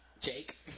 Jake